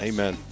Amen